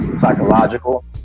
psychological